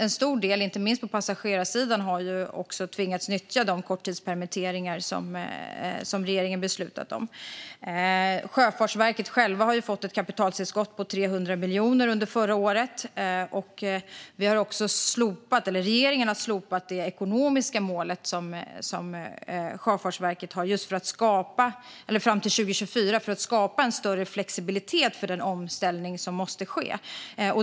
En stor del, inte minst på passagerarsidan, har ju tvingats nyttja de korttidspermitteringar som regeringen beslutat om. Sjöfartsverket har fått ett kapitaltillskott på 300 miljoner under förra året. Regeringen har också slopat Sjöfartsverkets ekonomiska mål fram till 2024 för att skapa en större flexibilitet för den omställning som måste ske.